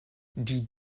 die